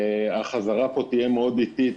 החזרה פה תהיה איטית,